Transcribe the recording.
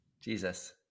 Jesus